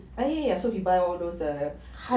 err ya ya so he buys all those